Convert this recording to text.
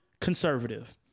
conservative